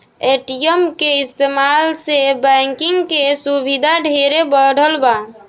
ATM के इस्तमाल से बैंकिंग के सुविधा ढेरे बढ़ल बा